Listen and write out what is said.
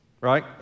right